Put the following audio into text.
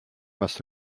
must